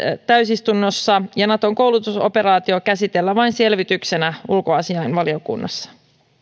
täysistunnossa ja naton koulutusoperaatio käsitellään vain selvityksenä ulkoasiainvaliokunnassa